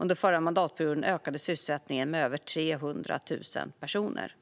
Under förra mandatperioden ökade sysselsättningen med över 300 000 personer.